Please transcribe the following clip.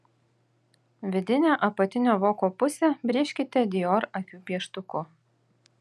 vidinę apatinio voko pusę brėžkite dior akių pieštuku